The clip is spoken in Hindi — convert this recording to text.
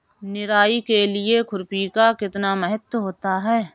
निराई के लिए खुरपी का कितना महत्व होता है?